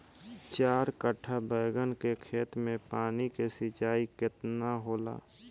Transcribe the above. चार कट्ठा बैंगन के खेत में पानी के सिंचाई केतना होला?